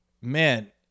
man